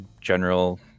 general